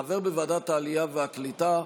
חבר בוועדת העלייה והקליטה,